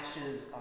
ashes